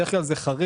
ובדרך כלל זה חריג,